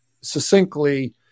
succinctly